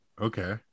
Okay